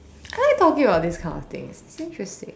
I like talking about this kind of things interesting